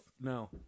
No